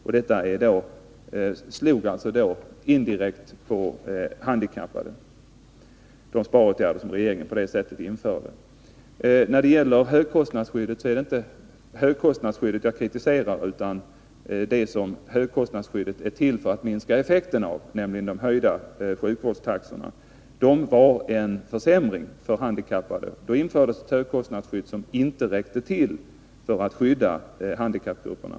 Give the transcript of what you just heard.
De sparåtgärder som regeringen på det sättet införde slog indirekt mot de handikappade. När det gäller högkostnadsskyddet är det inte detta jag kritiserar utan det som högkostnadsskyddet är till för att minska effekten av, nämligen de höjda sjukvårdstaxorna. De innebar en försämring för de handikappade. Då infördes ett högkostnadsskydd som inte räckte till för att skydda handikappgrupperna.